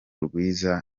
rwiza